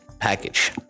package